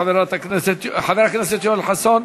חבר הכנסת יואל חסון,